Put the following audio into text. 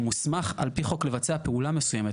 הוא מוסמך על פי חוק לבצע פעולה מסוימת.